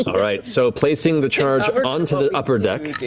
all right, so placing the charge but onto the upper deck of